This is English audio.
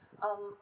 um